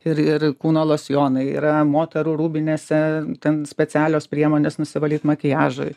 ir kūno losjonai yra moterų rūbinėse ten specialios priemonės nusivalyt makiažui